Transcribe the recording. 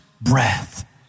breath